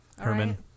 Herman